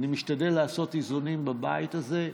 אני משתדל לעשות איזונים בבית הזה.